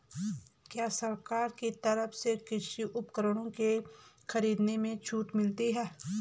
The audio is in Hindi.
क्या सरकार की तरफ से कृषि उपकरणों के खरीदने में छूट मिलती है?